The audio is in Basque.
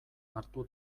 hartu